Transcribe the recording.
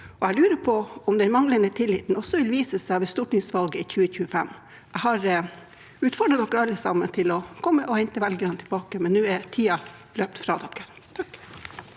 Jeg lurer på om den manglende tilliten også vil vise seg ved stortingsvalget i 2025. Jeg har utfordret alle sammen til å komme og hente velgerne tilbake, men nå har tiden løpt fra dere. Sve